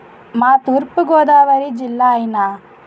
మా తూర్పుగోదావరి జిల్లా అయినా